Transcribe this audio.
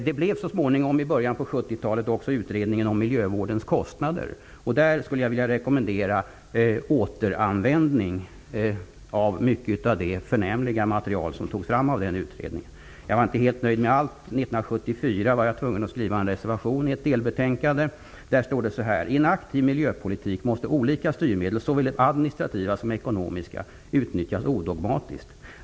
Det blev så småningom också en utredning om miljövårdens kostnader, i början av 1970-talet. Jag skulle vilja rekommendera återanvändning av mycket av det förnämliga material som togs fram av den utredningen. Jag var dock inte helt nöjd med allt. 1974 var jag tvungen att skriva en reservation till ett delbetänkande. Där står det: ''I en aktiv miljöpolitik måste olika styrmedel, såväl administrativa som ekonomiska, utnyttjas odogmatiskt.